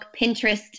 pinterest